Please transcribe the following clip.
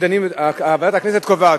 ועדת הכנסת קובעת.